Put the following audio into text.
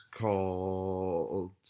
called